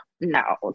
no